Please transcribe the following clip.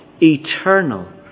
eternal